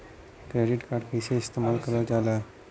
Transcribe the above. Credit card कईसे इस्तेमाल करल जाला?